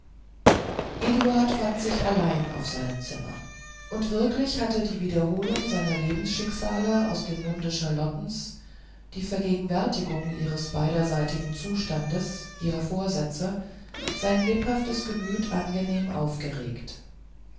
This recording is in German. eduard fand sich allein auf seinem zimmer und wirklich hatte die wiederholung seiner lebensschicksale aus dem munde charlottens die vergegenwärtigung ihres beiderseitigen zustandes ihrer vorsätze sein lebhaftes gemüt angenehm aufgeregt